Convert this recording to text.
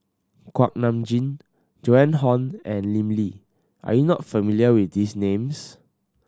Kuak Nam Jin Joan Hon and Lim Lee are you not familiar with these names